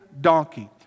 donkey